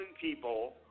people